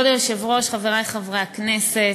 כבוד היושב-ראש, חברי חברי הכנסת,